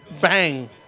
Bang